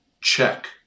Check